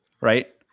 Right